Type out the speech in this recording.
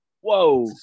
Whoa